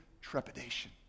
trepidation